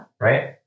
right